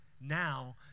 now